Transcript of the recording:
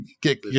get